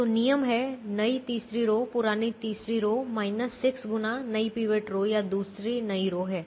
तो नियम है नई तीसरी रो पुरानी तीसरी रो 6 गुना नई पीवट रो या दूसरी नई रो है